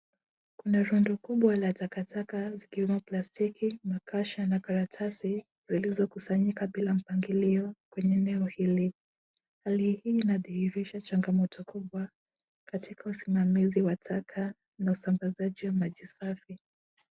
Kuna rundo kubwa la takataka zikiwemo plastiki, makasha na karatasi zilizokusanyika bila mpangilio kwenye eneo hili. Hali hii inadhihirisha changamoto kubwa katika usimamizi wa taka na usambazaji wa maji safi.